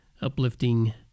uplifting